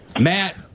Matt